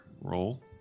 roll